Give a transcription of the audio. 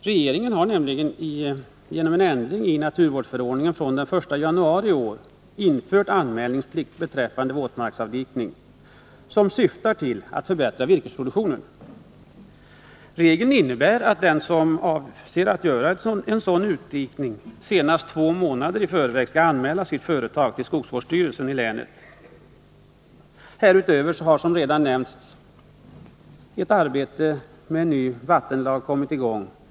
Regeringen har nämligen genom en ändring av naturvårdsförordningen från den 1 januari i år infört anmälningsplikt beträffande våtmarksavdikning, en åtgärd som syftar till att förbättra virkesproduktionen. Regeln innebär att den som avser att göra en sådan utdikning senast två månader i förväg skall anmäla sitt företag till skogsvårdsstyrelsen i länet. Härutöver har som redan nämnts ett arbete med en ny vattenlag kommit i gång.